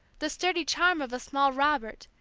the sturdy charm of a small robert,